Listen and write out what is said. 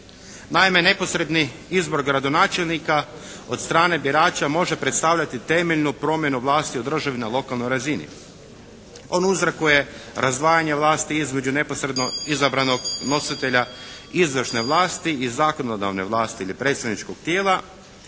Naime neposredni izbor gradonačelnika od strane birača može predstavljati temeljnu promjenu vlasti u državnoj i lokalnoj razini. On uzrokuje razdvajanje vlasti između neposredno izabranog nositelja izvršne vlasti i zakonodavne vlasti ili predstavničkog tijela